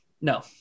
no